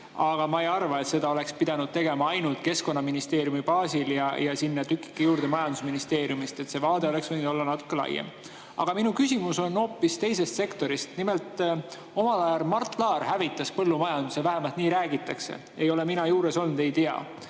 Aga ma ei arva, et seda oleks pidanud tegema ainult Keskkonnaministeeriumi baasil ja panema sinna juurde vaid tükikese majandusministeeriumist. See vaade oleks võinud olla natuke laiem. Aga minu küsimus on hoopis teisest sektorist. Nimelt, omal ajal hävitas Mart Laar põllumajanduse, vähemalt nii räägitakse. Ei ole mina juures olnud, ei tea.